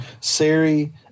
Siri